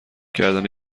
کردن